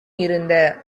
இருந்த